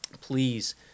please